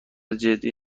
جدی